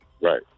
Right